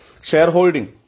shareholding